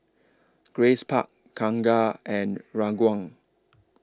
Grace Park Kangkar and Ranggung